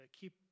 keep